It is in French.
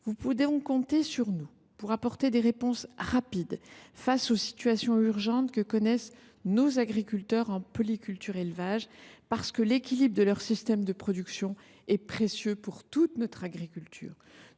Vous pouvez donc compter sur nous pour apporter des réponses rapides face aux situations urgentes que connaissent nos agriculteurs en polyculture élevage. L’équilibre de leur système de production est précieux pour toute notre agriculture.